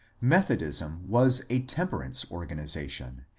methodism was a temperance organization,